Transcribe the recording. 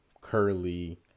curly